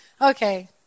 Okay